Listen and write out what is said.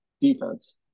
defense